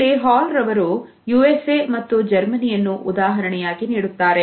ಇಲ್ಲಿ ಹಾಲ್ ರವರು ಯುಎಸ್ಎ ಮತ್ತು ಜರ್ಮನಿಯನ್ನು ಉದಾಹರಣೆಯಾಗಿ ನೀಡುತ್ತಾರೆ